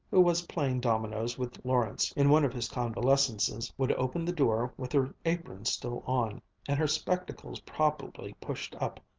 who was playing dominoes with lawrence in one of his convalescences, would open the door with her apron still on, and her spectacles probably pushed up,